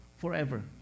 forever